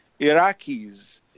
Iraqis